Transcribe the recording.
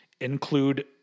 include